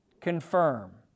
confirm